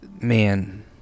Man